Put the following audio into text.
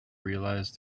realize